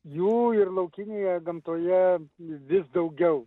jų ir laukinėje gamtoje vis daugiau